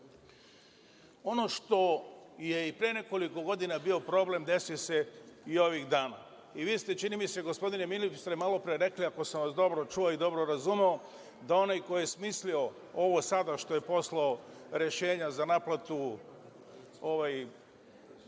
što je i pre nekoliko godina bio problem, desio se i ovih dana. Vi ste, čini mi se, gospodine ministre, malopre rekli, ako sam vas dobro čuo i dobro razumeo, da onaj ko je smislio ovo sada što je poslao rešenja za naplatu,